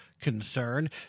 concern